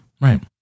Right